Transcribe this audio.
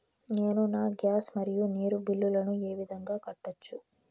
నేను నా గ్యాస్, మరియు నీరు బిల్లులను ఏ విధంగా కట్టొచ్చు?